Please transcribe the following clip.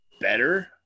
better